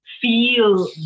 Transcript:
feel